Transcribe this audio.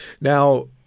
Now